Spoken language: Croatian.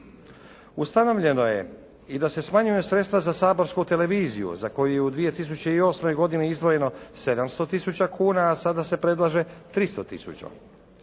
Ustavljeno je i da se smanjuju sredstva za saborsku televiziju za koju je u 2008. godini izdvojeno 700 tisuća kuna a sada se predlaže 300 tisuća.